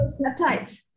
Peptides